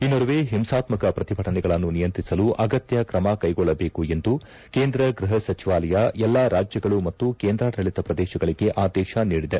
ಈ ನಡುವೆ ಹಿಂಸಾತ್ವಕ ಪ್ರತಿಭಟನೆಗಳನ್ನು ನಿಯಂತ್ರಿಸಲು ಅಗತ್ಯ ಕ್ರಮ ಕೈಗೊಳ್ಳಬೇಕು ಎಂದು ಕೇಂದ್ರ ಗೃಹ ಸಚಿವಾಲಯ ಎಲ್ಲಾ ರಾಜ್ಯಗಳು ಮತ್ತು ಕೇಂದ್ರಾಡಳಿತ ಪ್ರದೇಶಗಳಿಗೆ ಆದೇಶ ನೀಡಿದೆ